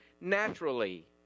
naturally